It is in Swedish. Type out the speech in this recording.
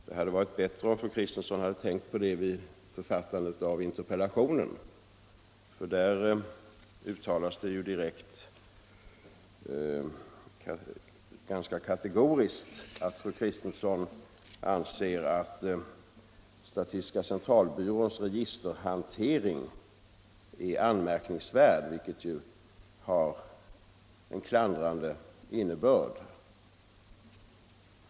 Det hade varit bättre om fru Kristensson tänkt på det vid författandet av interpellationen; i den säger fru Kristensson ganska kategoriskt att hon anser att statistiska centralbyråns registerhantering är anmärkningsvärd, vilket ju har en klandrande innebörd.